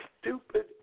stupid